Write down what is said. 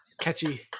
Catchy